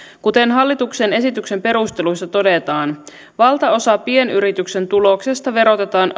kuten hallituksen esityksen perusteluissa todetaan valtaosa pienyrityksen tuloksesta verotetaan